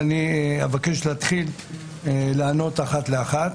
אני אבקש להתחיל לענות לטענות אחת לאחת.